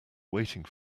waiting